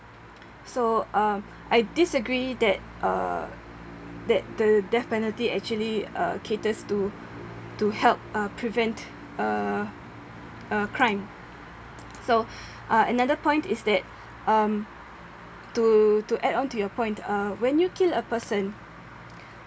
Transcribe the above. so um I disagree that uh that the death penalty actually uh caters to to help uh prevent uh uh crime so uh another point is that um to to add on to your point uh when you kill a person